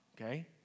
okay